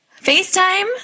Facetime